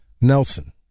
Nelson